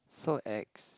so ex